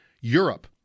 Europe